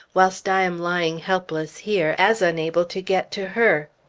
whilst i am lying helpless here, as unable to get to her.